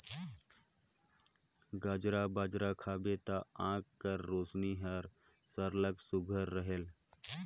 गाजर बगरा खाबे ता आँएख कर रोसनी हर सरलग सुग्घर रहेल